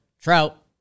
Trout